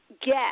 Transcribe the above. get